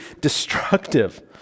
destructive